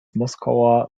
moskauer